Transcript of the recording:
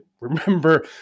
remember